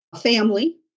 family